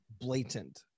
blatant